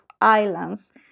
islands